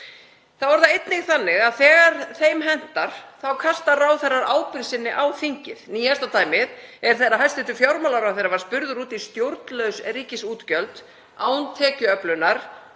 Þá er það einnig þannig að þegar þeim hentar þá kasta ráðherrar ábyrgð sinni á þingið. Nýjasta dæmið er þegar hæstv. fjármálaráðherra var spurður út í stjórnlaus ríkisútgjöld án tekjuöflunar,